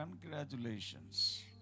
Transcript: congratulations